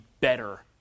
better